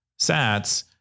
sats